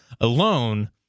alone